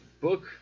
book